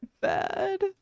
Bad